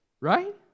Right